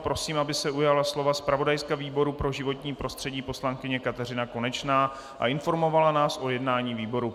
Prosím, aby se ujala slova zpravodajka výboru pro životní prostředí poslankyně Kateřina Konečná a informovala nás o jednání výboru.